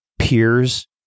peers